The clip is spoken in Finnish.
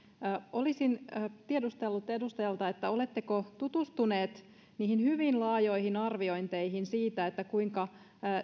olisin tiedustellut edustajalta oletteko tutustunut niihin hyvin laajoihin arviointeihin siitä kuinka